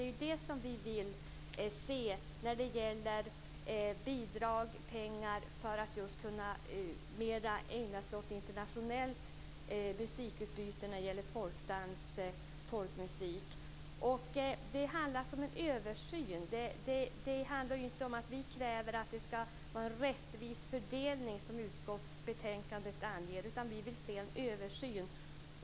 Vi vill se en sådan när det gäller bidrag och pengar för att kunna ägna sig åt internationellt musikutbyte i fråga om folkdans och folkmusik. Det handlar alltså om en översyn, inte om att vi kräver att det ska vara en rättvis fördelning, som anges i utskottsbetänkandet. Vi vill se en översyn.